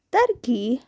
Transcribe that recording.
turkey